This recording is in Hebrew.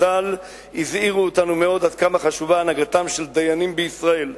חז"ל הזהירו אותנו מאוד עד כמה חשובה הנהגתם של דיינים בישראל: